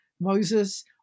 Moses